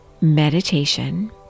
meditation